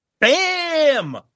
Bam